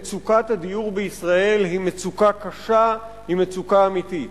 מצוקת הדיור בישראל היא מצוקה קשה ומצוקה אמיתית.